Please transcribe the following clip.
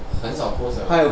他很少 post liao